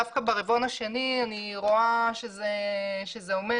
דווקא ברבעון השני אני רואה שזה עומד,